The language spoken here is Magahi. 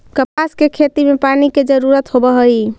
कपास के खेती में पानी के जरूरत होवऽ हई